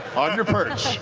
on your perch.